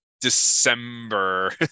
December